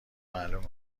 معلومه